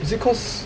is it because